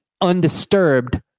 undisturbed